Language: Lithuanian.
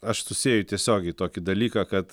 aš susieju tiesiogiai tokį dalyką kad